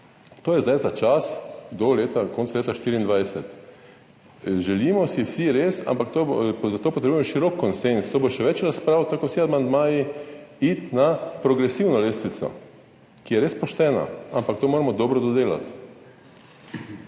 to je zdaj za čas do konca leta 2024. Želimo si vsi res – ampak zato pa deluje širok konsenz, bo še več razprav, tako kot pri vseh amandmajih – iti na progresivno lestvico, ki je res poštena, ampak to moramo dobro dodelati.